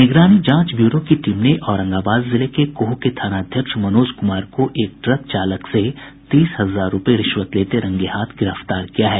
निगरानी जांच ब्यूरो की टीम ने औरंगाबाद जिले के गोह के थानाध्यक्ष मनोज कुमार को एक ट्रक चालक से तीस हजार रूपये रिश्वत लेते हुए रंगे हाथ गिरफ्तार किया है